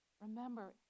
Remember